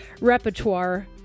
repertoire